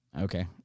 Okay